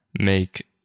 make